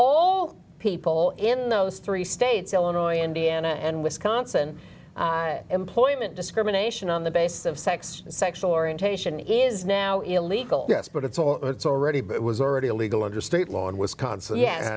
all people in those three states illinois indiana and wisconsin employment discrimination on the basis of sex sexual orientation is now illegal yes but it's all it's already but it was already illegal under state law in wisconsin yes and now